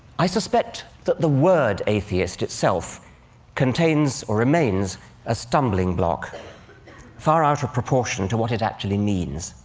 i suspect that the word atheist itself contains or remains a stumbling block far out of proportion to what it actually means,